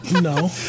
No